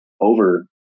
over